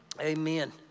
Amen